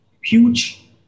huge